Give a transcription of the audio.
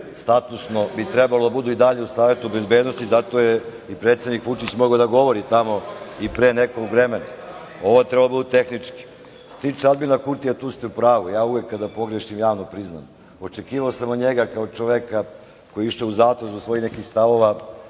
statusno bi trebalo da budu i dalje u Savetu bezbednosti i zato je i predsednik Vučić mogao da govori tamo i pre nekog vremena. Ovo je trebalo da bude tehnički. Što se tiče Aljbina Kurtija, tu ste u pravu. Ja uvek kada pogrešim javno priznam. Očekivao sam od njega, kao čoveka koji je išao u zatvor zbog svojih nekih stavova,